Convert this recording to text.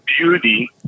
beauty